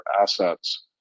assets